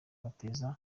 bateza